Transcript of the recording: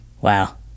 wow